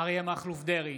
אריה מכלוף דרעי,